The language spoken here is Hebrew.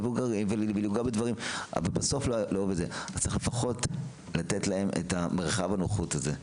במבוגרים --- אז צריך לפחות לתת להם את מרחב הנוחות הזה.